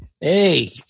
Hey